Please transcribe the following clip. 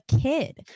kid